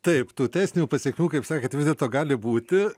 taip tų teisinių pasekmių kaip sakėt vis dėlto gali būti